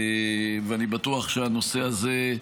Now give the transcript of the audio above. אני בטוח שהנושא הזה,